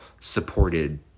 supported